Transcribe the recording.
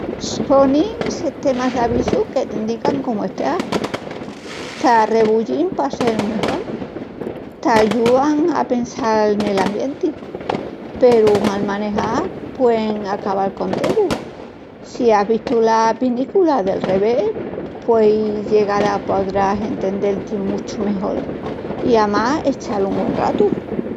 Sonin sistemas d'avisu que t'endican comu esteas, te arrebullin pa sel mejol, t'ayúan a pensal nel ambienti. Peru mal manejás puen acabal con tegu. Si ás vistu la pinícula "Del revés" pueis llegal a... podrás entendel-ti muchu mejol i amás echal un güen ratu.